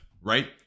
right